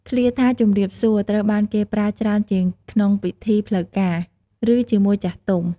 ឃ្លាថា «ជំរាបសួរ» ត្រូវបានគេប្រើច្រើនជាងក្នុងពិធីផ្លូវការ ឬ ជាមួយចាស់ទុំ។